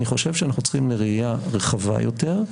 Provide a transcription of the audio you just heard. אני חושב שאנחנו צריכים לראייה רחבה יותר.